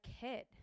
kid